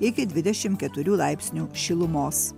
iki dvidešimt keturių laipsnių šilumos